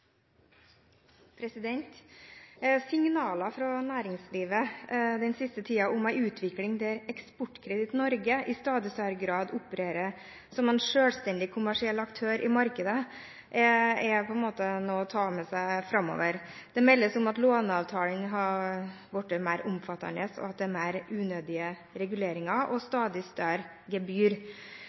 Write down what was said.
fra næringslivet den siste tiden om en utvikling der Eksportkreditt Norge AS i stadig større grad opererer som en selvstendig kommersiell aktør i markedet, er noe å ta med seg framover. Det meldes om at låneavtalene har blitt mer omfattende, og at det er mer unødvendige reguleringer og stadig større